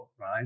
right